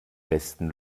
besten